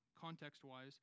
context-wise